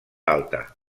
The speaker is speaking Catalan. alta